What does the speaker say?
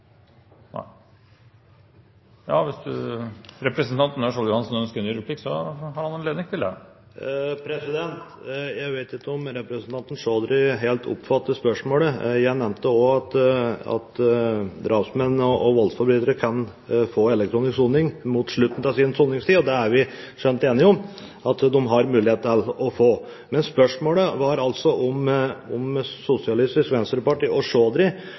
Jeg vet ikke om representanten Chaudhry helt oppfattet spørsmålet. Jeg nevnte også at drapsmenn og voldsforbrytere kan få elektronisk soning mot slutten av sin soningstid – det er vi skjønt enige om at de har mulighet til å få. Men spørsmålet var altså om